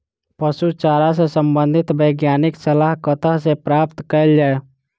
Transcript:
पशु चारा सऽ संबंधित वैज्ञानिक सलाह कतह सऽ प्राप्त कैल जाय?